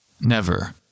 Never